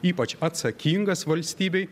ypač atsakingas valstybei